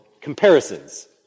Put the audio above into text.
comparisons